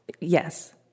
yes